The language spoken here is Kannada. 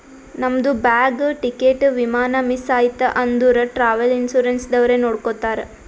ನಮ್ದು ಬ್ಯಾಗ್, ಟಿಕೇಟ್, ವಿಮಾನ ಮಿಸ್ ಐಯ್ತ ಅಂದುರ್ ಟ್ರಾವೆಲ್ ಇನ್ಸೂರೆನ್ಸ್ ದವ್ರೆ ನೋಡ್ಕೊತ್ತಾರ್